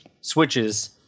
switches